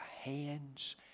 hands